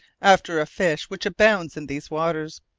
after a fish which abounds in these waters.